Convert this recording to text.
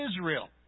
Israel